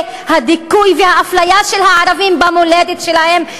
הדיכוי והאפליה של הערבים במולדת שלהם,